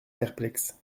perplexe